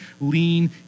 lean